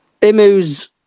Imu's